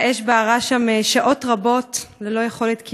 האש בערה שם שעות רבות, ללא יכולת כיבוי,